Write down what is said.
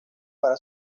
para